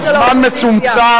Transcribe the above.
הזמן שלנו, הזמן מצומצם.